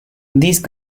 these